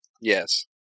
Yes